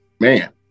man